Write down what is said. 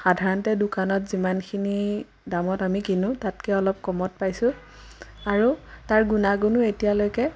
সাধাৰণতে দোকানত যিমানখিনি দামত আমি কিনো তাতকৈ অলপ কমত পাইছোঁ আৰু তাৰ গুণাগুণো এতিয়ালৈকে